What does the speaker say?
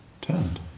turned